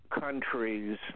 countries